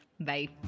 Bye